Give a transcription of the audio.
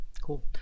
Cool